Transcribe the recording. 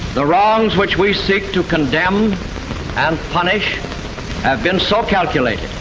the wrongs which we seek to condemn and punish have been so calculated,